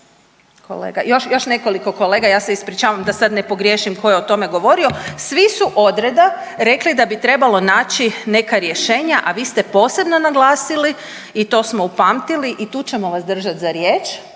svi su odreda rekli da bi trebalo naći neka rješenja, a vi ste posebno naglasili i to smo upamtili i tu ćemo vas držat za riječ